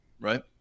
right